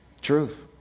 truth